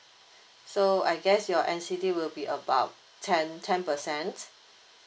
so I guess your N_C_D will be about ten ten percent